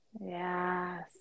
Yes